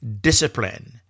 discipline